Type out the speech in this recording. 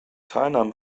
teilnahme